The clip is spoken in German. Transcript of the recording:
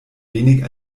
wenig